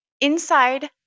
Inside